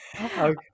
Okay